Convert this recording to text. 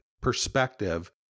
perspective